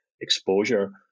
exposure